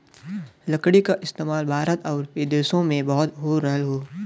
लकड़ी क इस्तेमाल भारत आउर विदेसो में बहुत हो रहल हौ